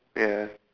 ya